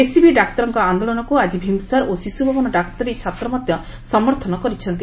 SCB ଡାକ୍ତରଙ୍କ ଆନ୍ଦୋଳନକୁ ଆଜି ଭୀମ୍ସାର ଓ ଶିଶ୍ରଭବନ ଡାକ୍ତରୀଛାତ୍ର ମଧ୍ଧ ସମର୍ଥନ ଜରାଇଛନ୍ତି